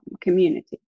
community